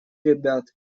ребят